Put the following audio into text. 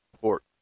Port